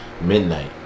midnight